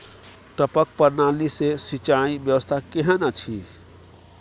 टपक प्रणाली से सिंचाई व्यवस्था केहन अछि?